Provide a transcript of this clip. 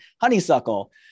honeysuckle